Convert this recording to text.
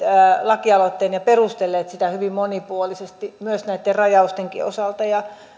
lakialoitteen ja perustelleet sitä hyvin monipuolisesti myös näitten rajausten osalta